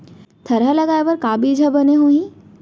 थरहा लगाए बर का बीज हा बने होही?